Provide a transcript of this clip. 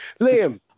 Liam